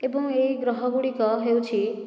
ଏବଂ ଏହି ଗ୍ରହ ଗୁଡ଼ିକ ହେଉଛି